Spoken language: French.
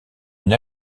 une